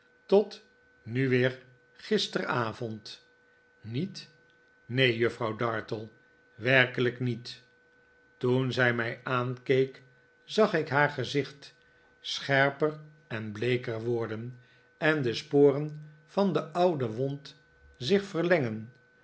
tot nu weer gisteravond niet neen juffrouw dartle werkelijk niet toen zij mij aankeek zag ik haar gezicht scherper en bleeker worden en de sporen van de oude wond zich verlengen